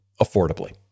affordably